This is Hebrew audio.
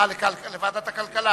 להכנתה לקריאה